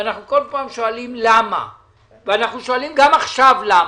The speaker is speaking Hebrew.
ואנחנו כל פעם שואלים למה וגם עכשיו אנחנו שואלים למה.